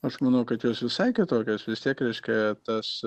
aš manau kad jos visai kitokios vis tiek reiškia tas